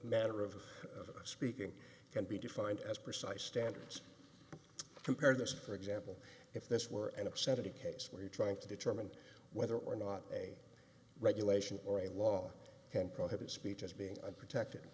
manner of speaking can be defined as precise standards compare this for example if this were an obscenity case where you're trying to determine whether or not a regulation or a law can prohibit speech as being protected